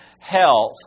health